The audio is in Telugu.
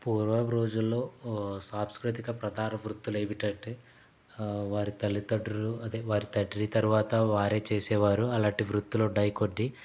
పూర్వం రోజుల్లో సాంస్కృతిక ప్రధాన వృత్తులు ఏమిటంటే వారి తల్లితండ్రులు అదే వారి తండ్రి తరువాత వారే చేసేవారు అలాంటి వృత్తులు ఉన్నాయి కొన్ని